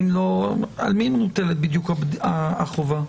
על מי מוטלת בדיוק החובה?